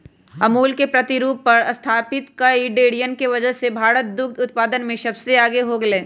अमूल के प्रतिरूप पर स्तापित कई डेरियन के वजह से भारत दुग्ध उत्पादन में सबसे आगे हो गयलय